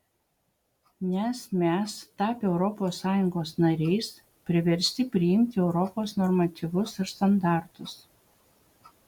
nes mes tapę europos sąjungos nariais priversti priimti europos normatyvus ir standartus